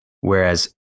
Whereas